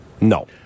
No